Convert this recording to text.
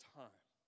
time